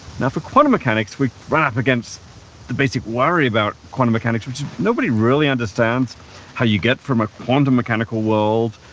now, for quantum mechanics we run up against the basic worry about quantum mechanics which is nobody really understands how you get from a quantum mechanical world,